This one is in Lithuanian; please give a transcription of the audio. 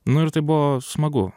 nu ir tai buvo smagu